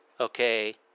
Okay